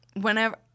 whenever